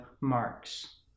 marks